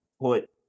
put